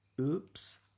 Oops